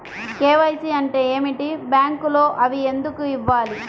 KYC అంటే ఏమిటి? బ్యాంకులో అవి ఎందుకు ఇవ్వాలి?